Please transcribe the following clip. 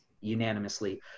unanimously